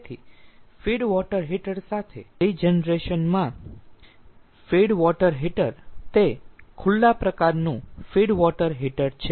તેથી feed water heater સાથે regeneration માં ફીડ વોટર હીટર તે ખુલ્લા પ્રકારનું ફીડ વોટર હીટર છે